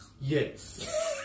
yes